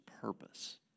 purpose